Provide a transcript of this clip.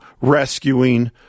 rescuing